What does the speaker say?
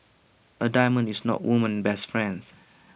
A diamond is not A woman's best friend